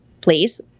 please